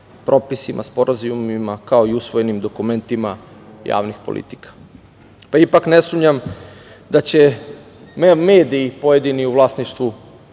propisima, sporazumima, kao i usvojenim dokumentima javnih politika. Pa ipak ne sumnjam da će pojedini mediji u vlasništvu